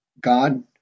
God